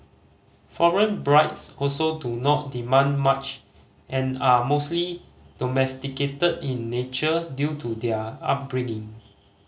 foreign brides also do not demand much and are mostly domesticated in nature due to their upbringing